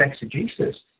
exegesis